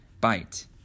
bite